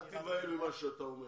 אל תיבהל ממה שאתה אומר.